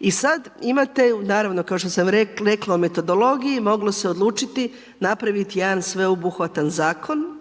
I sad imate, naravno kao što sam rekla o metodologiji, moglo se odlučiti napraviti jedan sveobuhvatan zakon